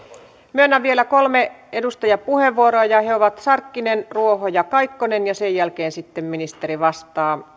myönnän vielä kolme edustajapuheenvuoroa ja he ovat sarkkinen ruoho ja kaikkonen ja sen jälkeen sitten ministeri vastaa